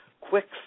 quick